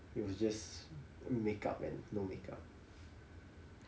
it was just make up and no make up